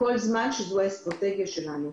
כל זמן שזו האסטרטגיה שלנו.